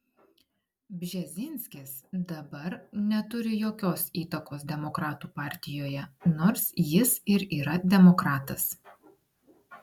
bžezinskis dabar neturi jokios įtakos demokratų partijoje nors jis ir yra demokratas